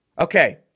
Okay